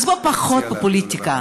אז בואו, פחות פופוליטיקה.